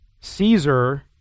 Caesar